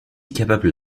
capable